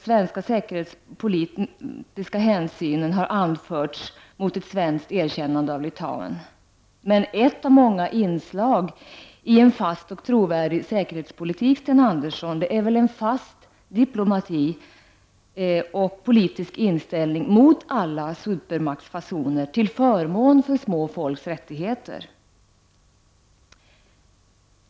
Svensk säkerhetspolitisk hänsyn har anförts mot ett erkännande av Litauen. Men ett av många inslag i en fast och trovärdig säkerhetspolitik, Sten Andersson, är väl en fast diplomati och politisk inställning mot alla supermaktsfasoner till förmån för små folks rättigheter?